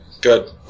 Good